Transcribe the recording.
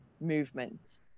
movement